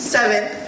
Seventh